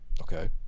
Okay